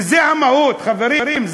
וזה המהות, חברים.